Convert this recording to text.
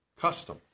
custom